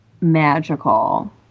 magical